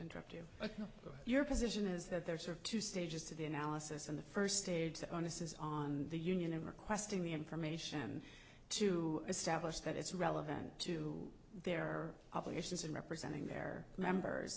interrupt you but your position is that there are two stages to the analysis and the first stage the onus is on the union in requesting the information to establish that it's relevant to their obligations in representing their members